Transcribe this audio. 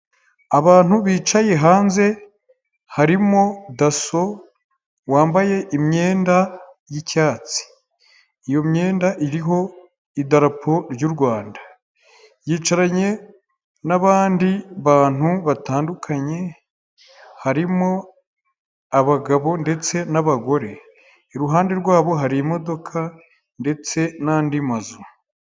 Abantu bicaye hanze harimo dasso wambaye imyenda y'icyatsi, iyo myenda iriho idarapo ryu Rwanda yicaranye n'abandi bantu batandukanye harimo abagabo ndetse n'abagore, iruhande rwabo harimo ndetse n'andi mazu.